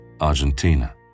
Argentina